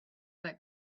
that